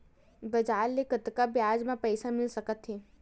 बजार ले कतका ब्याज म पईसा मिल सकत हे?